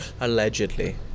allegedly